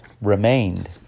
remained